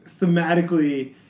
thematically